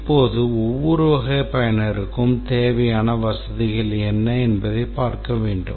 இப்போது ஒவ்வொரு வகை பயனருக்கும் தேவையான வசதிகள் என்ன என்பதை பார்க்க வேண்டும்